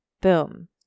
boom